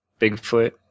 Bigfoot